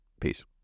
Peace